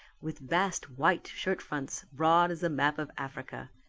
with vast white shirt-fronts broad as the map of africa,